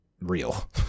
real